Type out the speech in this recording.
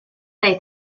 dai